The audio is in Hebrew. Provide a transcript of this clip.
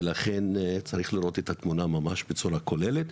ולכן, צריך לראות את התמונה בצורה כוללת.